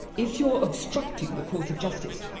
if you're obstructing the course of justice,